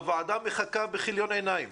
הוועדה מחכה בכיליון עיניים